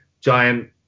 giant